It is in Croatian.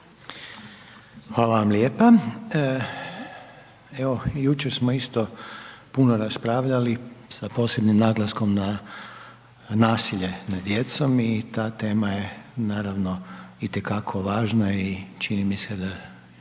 Hvala vam lijepa. Evo jučer smo isto puno raspravljali sa posebnim naglaskom na nasilje nad djecom i ta tema je naravno i te kako važna i čini mi se da